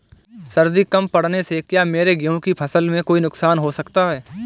सर्दी कम पड़ने से क्या मेरे गेहूँ की फसल में कोई नुकसान हो सकता है?